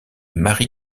mary